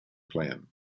plan